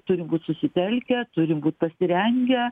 turi būt susitelkę turi būt pasirengę